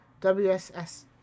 W-S-S